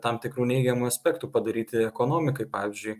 tam tikrų neigiamų aspektų padaryti ekonomikai pavyzdžiui